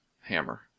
hammer